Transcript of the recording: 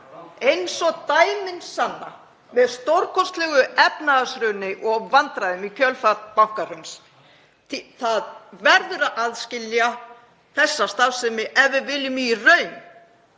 eins og dæmin sanna með stórkostlegu efnahagshruni og vandræðum í kjölfar bankahruns. Það verður að aðskilja þessa starfsemi ef við viljum í raun